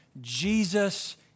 Jesus